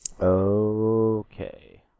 Okay